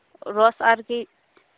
ᱨᱚᱥ ᱟᱨ ᱠᱤ